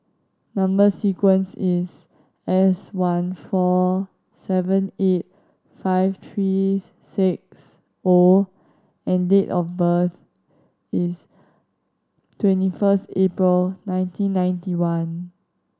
number sequence is S one four seven eight five three six O and date of birth is twenty first April nineteen ninety one